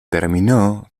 terminó